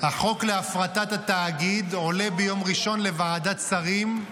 -- שהחוק להפרטת התאגיד עולה ביום ראשון לוועדת שרים.